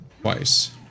Twice